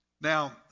Now